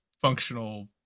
functional